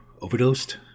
overdosed